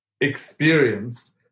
experience